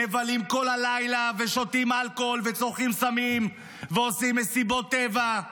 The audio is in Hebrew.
מבלים כל הלילה ושותים אלכוהול וצורכים סמים ועושים מסיבות טבע,